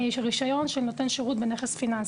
רישיון של נותן שירות בנכס פיננסי.